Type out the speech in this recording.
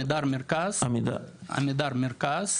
עמידר מרכז,